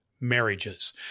marriages